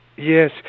Yes